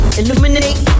illuminate